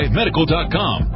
medical.com